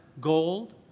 gold